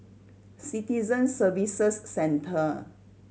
Citizen Services Centre